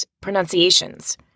pronunciations